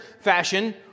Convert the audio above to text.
fashion